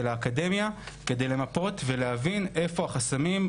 האקדמיה כדי למפות ולהבין איפה החסמים,